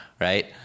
right